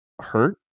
hurt